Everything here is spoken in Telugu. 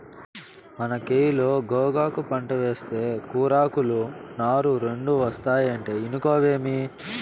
మన కయిలో గోగాకు పంటేస్తే కూరాకులు, నార రెండూ ఒస్తాయంటే ఇనుకోవేమి